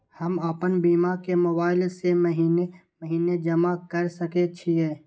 हम आपन बीमा के मोबाईल से महीने महीने जमा कर सके छिये?